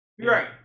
Right